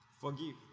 Forgive